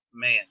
Man